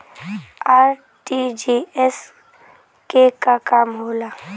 RTGS के का काम होला?